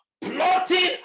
plotting